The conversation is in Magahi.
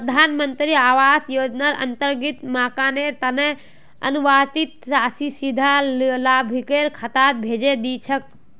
प्रधान मंत्री आवास योजनार अंतर्गत मकानेर तना आवंटित राशि सीधा लाभुकेर खातात भेजे दी छेक